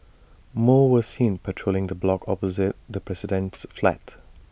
more were seen patrolling the block opposite the president's flat